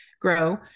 grow